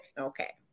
Okay